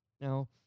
Now